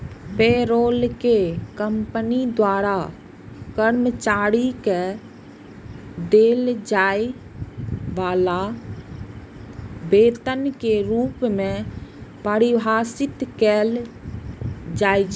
payroll कें company द्वारा कर्मचारी कें देल जाय बला वेतन के रूप मे परिभाषित कैल जाइ छै